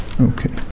Okay